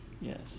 Yes